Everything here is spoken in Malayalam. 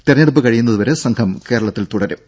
തെരഞ്ഞെടുപ്പ് കഴിയുന്നതുവരെ സംഘം കേരളത്തിൽ തുടരും